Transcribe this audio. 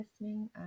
listening